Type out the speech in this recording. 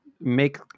Make